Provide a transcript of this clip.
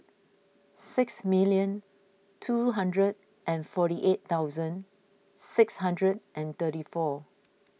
six million two hundred and forty eight thousand six hundred and thirty four